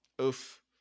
oof